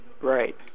right